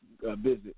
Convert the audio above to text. visit